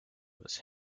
was